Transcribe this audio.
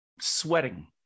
sweating